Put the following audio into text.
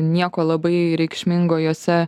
nieko labai reikšmingo jose